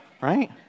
right